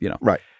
Right